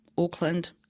Auckland